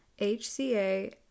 HCA